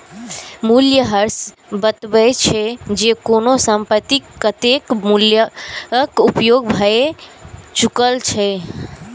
मूल्यह्रास बतबै छै, जे कोनो संपत्तिक कतेक मूल्यक उपयोग भए चुकल छै